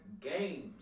games